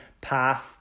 path